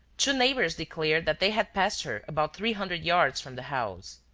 two neighbours declared that they had passed her about three hundred yards from the house.